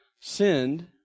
sinned